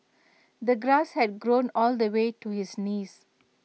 the grass had grown all the way to his knees